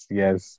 yes